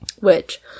which